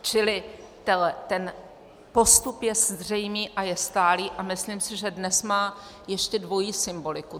Čili ten postup je zřejmý a je stálý a myslím si, že dnes má ještě dvojí symboliku.